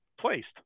placed